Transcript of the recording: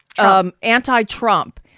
anti-Trump